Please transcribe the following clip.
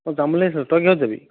মই যাম বুলি ভাবিছিলোঁ তই কিহত যাবি